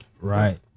Right